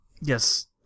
Yes